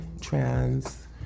trans